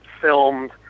filmed